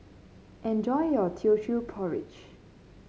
enjoy your Teochew Porridge